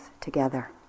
together